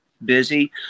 busy